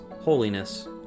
holiness